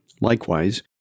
Likewise